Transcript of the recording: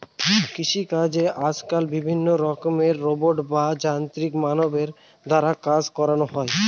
কৃষিকাজে আজকাল বিভিন্ন রকমের রোবট বা যান্ত্রিক মানবের দ্বারা কাজ করানো হয়